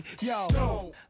Yo